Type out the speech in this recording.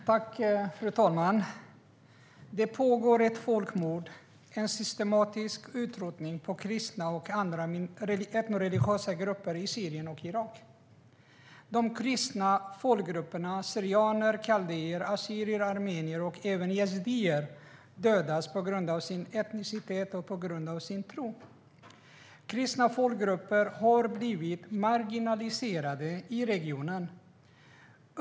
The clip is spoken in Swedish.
Fru talman! Det pågår ett folkmord - en systematisk utrotning av kristna och andra etnoreligiösa grupper i Syrien och Irak. De kristna folkgrupperna - syrianer, kaldéer, assyrier, armenier och även yazidier - dödas på grund av sin etnicitet och sin tro. Kristna folkgrupper har blivit marginaliserade i regionen.